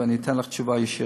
ואני אתן לך תשובה ישירה.